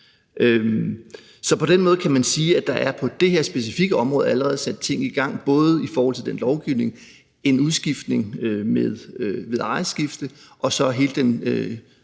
Så på den måde kan man sige, at der på det her specifikke område allerede er sat ting i gang, både i forhold til lovgivningen vedrørende en udskiftning ved ejerskifte og så hele den